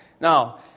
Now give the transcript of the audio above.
Now